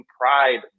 pride